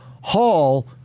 Hall